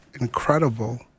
incredible